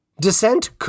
Descent